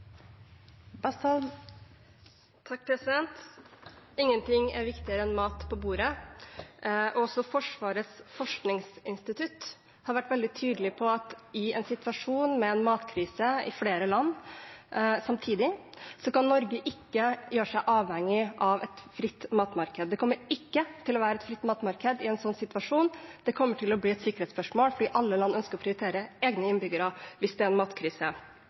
viktigere enn mat på bordet. Også Forsvarets forskningsinstitutt har vært veldig tydelig på at i en situasjon med en matkrise i flere land samtidig kan ikke Norge gjøre seg avhengig av et fritt matmarked. Det kommer ikke til å være et fritt matmarked i en slik situasjon. Det kommer til å bli et sikkerhetsspørsmål fordi alle land ønsker å prioritere egne innbyggere hvis det er en matkrise.